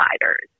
providers